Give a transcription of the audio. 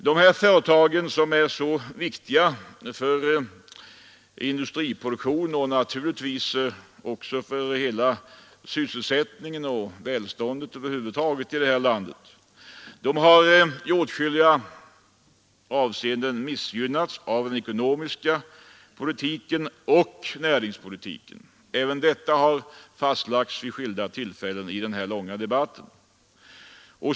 Dessa företag, som är så viktiga för vår industriproduktion och naturligtvis också för hela sysselsättningen och välståndet över huvud taget i landet, har i åtskilliga avseenden missgynnats av den ekonomiska politiken och näringspolitiken. Även detta har fastlagts vid skilda tillfällen under den långa debatten.